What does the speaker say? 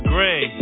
Gray